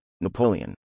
Napoleon